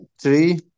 three